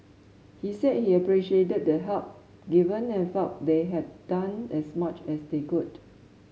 he said he appreciated the help given and felt they had done as much as they could